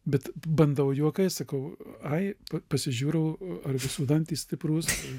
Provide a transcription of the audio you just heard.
bet bandau juokais sakau ai pasižiūrau ar visų dantys stiprūs